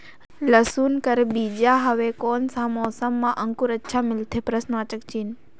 लसुन कर बीजा हवे कोन सा मौसम मां अंकुर अच्छा निकलथे?